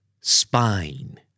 Spine